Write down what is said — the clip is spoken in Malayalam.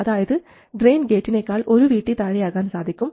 അതായത് ഡ്രയിൻ ഗേറ്റിനെക്കാൾ ഒരു VT താഴെയാകാൻ സാധിക്കും